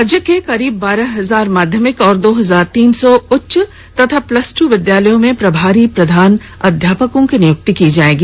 राज्य के करीब बारह हजार माध्यमिक और दो हजार तीन सौ उच्च व प्लस दू विद्यालय में प्रभारी प्रधान अध्यापकों की नियुक्ति होगी